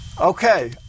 Okay